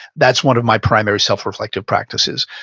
that's one of my primary self reflective practices.